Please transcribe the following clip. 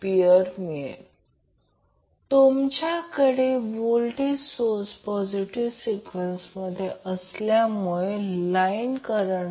तेथे काहीही नाही हे व्होल्टेज बनते कारण येथे कोणताही घटक जोडलेला नाही